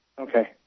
okay